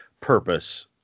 purpose